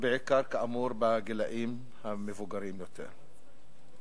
בעיקר, כאמור, בגילים המבוגרים יותר.